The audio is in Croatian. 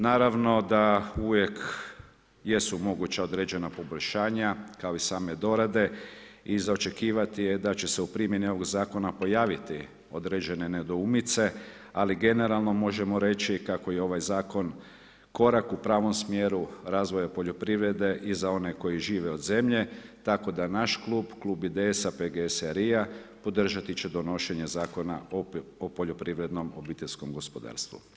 Naravno da uvijek jesu moguća određena poboljšanja, kao i same dorade i za očekivati je da će se u primjeni ovog Zakona pojaviti određene nedoumice, ali generalno možemo reći kako je ovaj Zakon korak u pravom smjeru razvoja poljoprivrede i za one koji žive od zemlje, tako da naš Klub, Klub IDS-a, PGS-a i LRI-a podržati će donošenje Zakona o poljoprivrednom obiteljskom gospodarstvu.